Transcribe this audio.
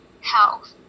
health